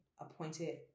appointed